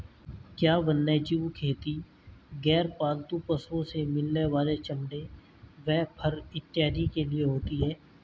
क्या वन्यजीव खेती गैर पालतू पशुओं से मिलने वाले चमड़े व फर इत्यादि के लिए होती हैं?